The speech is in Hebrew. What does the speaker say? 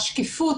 השקיפות,